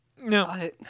No